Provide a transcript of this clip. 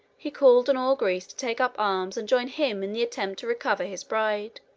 he called on all greece to take up arms and join him in the attempt to recover his bride.